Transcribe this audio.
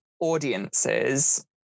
audiences